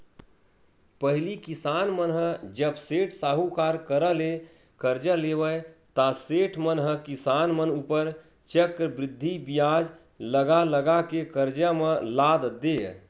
पहिली किसान मन ह जब सेठ, साहूकार करा ले करजा लेवय ता सेठ मन ह किसान मन ऊपर चक्रबृद्धि बियाज लगा लगा के करजा म लाद देय